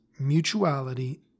mutuality